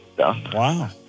Wow